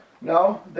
No